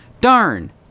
darn